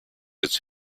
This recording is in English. its